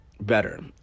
better